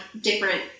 different